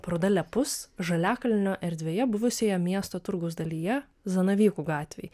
paroda lepus žaliakalnio erdvėje buvusioje miesto turgaus dalyje zanavykų gatvėj